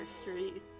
street